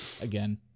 again